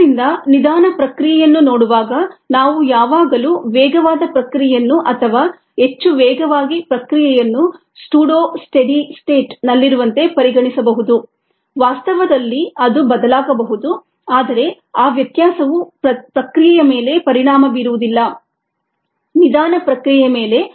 ಆದ್ದರಿಂದ ನಿಧಾನ ಪ್ರಕ್ರಿಯೆಯನ್ನು ನೋಡುವಾಗ ನಾವು ಯಾವಾಗಲೂ ವೇಗವಾದ ಪ್ರಕ್ರಿಯೆಯನ್ನು ಅಥವಾ ಹೆಚ್ಚು ವೇಗವಾಗಿ ಪ್ರಕ್ರಿಯೆಯನ್ನು ಸೂಡೋ ಸ್ಟೆಡಿ ಸ್ಟೇಟ್ನಲ್ಲಿರುವಂತೆ ಪರಿಗಣಿಸಬಹುದು ವಾಸ್ತವದಲ್ಲಿ ಅದು ಬದಲಾಗಬಹುದು ಆದರೆ ಆ ವ್ಯತ್ಯಾಸವು ಪ್ರಕ್ರಿಯೆಯ ಮೇಲೆ ಪರಿಣಾಮ ಬೀರುವುದಿಲ್ಲ ನಿಧಾನ ಪ್ರಕ್ರಿಯೆ ಮೇಲೆ